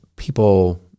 People